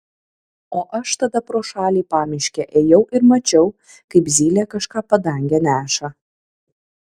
o aš tada pro šalį pamiške ėjau ir mačiau kaip zylė kažką padange neša